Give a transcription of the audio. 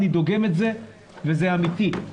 אני דוגם את זה וזה אמיתי.